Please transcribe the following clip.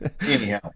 anyhow